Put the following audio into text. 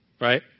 right